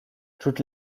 toutes